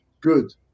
good